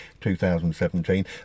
2017